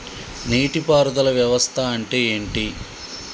నీటి పారుదల వ్యవస్థ అంటే ఏంటి?